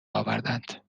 آوردند